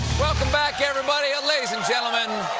welcome back, everybody. ladies and gentlemen,